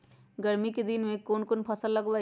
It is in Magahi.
गर्मी के दिन में कौन कौन फसल लगबई?